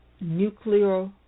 nuclear